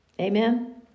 Amen